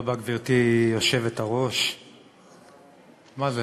גברתי היושבת-ראש, מה זה?